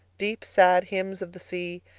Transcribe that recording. deep, sad hymns of the sea,